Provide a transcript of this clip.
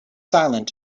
silent